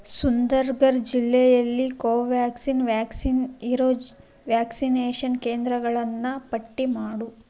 ಸುಂದರ್ಘರ್ ಜಿಲ್ಲೆಯಲ್ಲಿ Covaxin vaccine ಇರೋ vaccination ಕೇಂದ್ರಗಳನ್ನು ಪಟ್ಟಿ ಮಾಡು